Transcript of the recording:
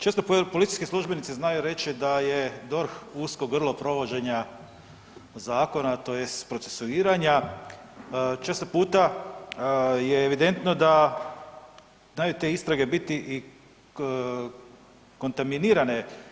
Često policijski službenici znaju reći da je DORH usko grlo provođenja zakona tj. procesuiranja, često puta je evidentno da znaju te istrage biti kontaminirane.